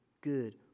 good